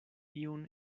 iun